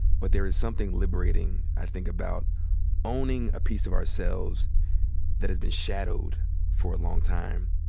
but there is something liberating, i think, about owning a piece of ourselves that has been shadowed for a long time.